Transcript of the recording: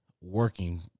working